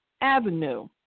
avenue